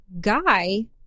guy